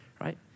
right